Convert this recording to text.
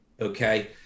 okay